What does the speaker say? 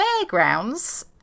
Fairgrounds